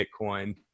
Bitcoin